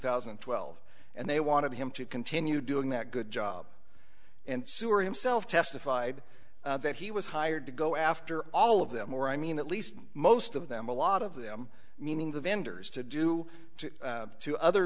thousand and twelve and they wanted him to continue doing that good job and sewer himself testified that he was hired to go after all of them or i mean at least most of them a lot of them meaning the vendors to do to other